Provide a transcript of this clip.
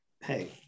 hey